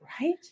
Right